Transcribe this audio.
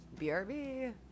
BRB